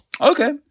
Okay